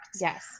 Yes